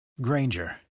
Granger